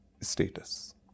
status